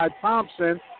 Thompson